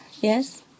yes